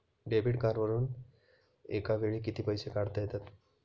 Debit कार्डवरुन एका वेळी किती पैसे काढता येतात?